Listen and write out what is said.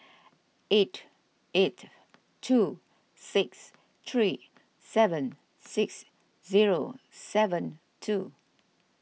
eight eight two six three seven six zero seven two